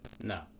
No